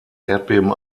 erdbeben